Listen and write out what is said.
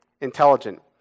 intelligent